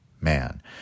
man